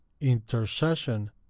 intercession